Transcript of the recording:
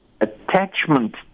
attachment